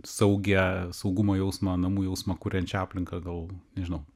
saugią saugumo jausmą namų jausmą kuriančią aplinką gal nežinau